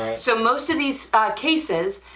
so most of these cases,